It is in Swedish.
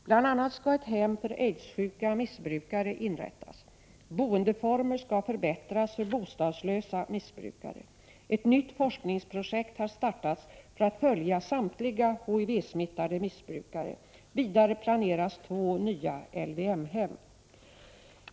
Bl.a. skall ett hem för aidssjuka missbrukare inrättas. Boendeformer skall förbättras för bostadslösa missbrukare. Ett nytt forskningsprojekt har startats för att följa samtliga HIV-smittade missbrukare. Vidare planeras två nya LVM-hem.